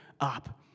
up